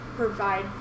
provide